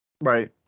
right